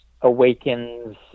awakens